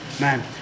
man